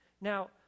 now